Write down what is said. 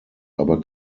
aber